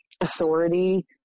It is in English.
authority